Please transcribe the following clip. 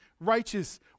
righteous